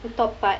the top part